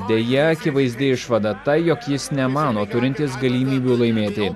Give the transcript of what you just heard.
deja akivaizdi išvada ta jog jis nemano turintis galimybių laimėti